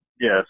yes